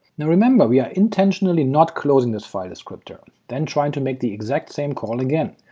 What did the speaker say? now remember, we are intentionally not closing this file descriptor, then trying to make the exact same call again,